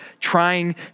trying